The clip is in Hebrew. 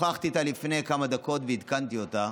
שוחחתי איתה לפני כמה דקות ועדכנתי אותה.